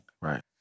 Right